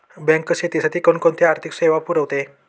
Bank शेतीसाठी कोणकोणत्या आर्थिक सेवा पुरवते?